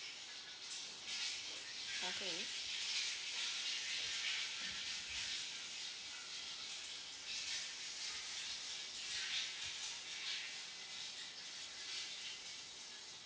okay